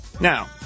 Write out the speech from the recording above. Now